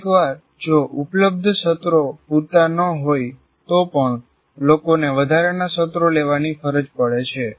કેટલીકવાર જો ઉપલબ્ધ સત્રો પૂરતા ન હોય તો પણ લોકોને વધારાના સત્રો લેવાની ફરજ પડે છે